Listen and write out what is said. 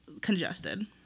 congested